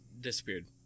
disappeared